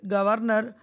Governor